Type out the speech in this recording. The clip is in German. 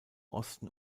osten